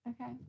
Okay